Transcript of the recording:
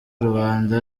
rubanda